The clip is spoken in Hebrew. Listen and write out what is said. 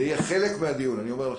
זה יהיה חלק מהדיון, אני אומר לכם.